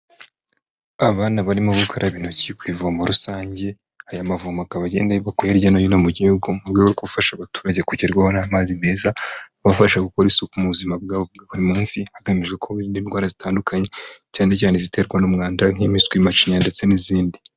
Abana barimo gukaraba intoki ku ivomo rusange, aya mavomo akabagenewe gukora hirya no hino mu gihugu, mu rwego rwo gufasha abaturage kugerwaho n'amazi meza, abafasha gukora isuku mu buzima bwabo buri munsi, hagamijwe ko birinda indwara zitandukanye cyane cyane iziterwa n'umwanda, nk'impiswi , macinya ndetse n'izindi.